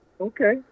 Okay